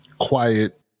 quiet